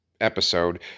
Episode